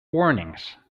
warnings